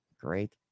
great